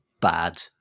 bad